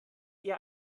eher